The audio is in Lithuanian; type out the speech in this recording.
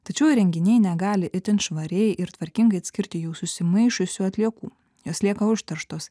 tačiau įrenginiai negali itin švariai ir tvarkingai atskirti jų susimaišiusių atliekų jos lieka užterštos